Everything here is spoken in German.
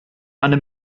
eine